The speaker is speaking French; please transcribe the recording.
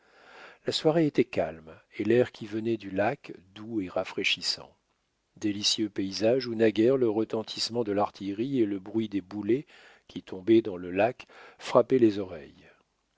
la soirée était calme et l'air qui venait du lac doux et rafraîchissant délicieux paysage où naguère le retentissement de l'artillerie et le bruit des boulets qui tombaient dans le lac frappaient les oreilles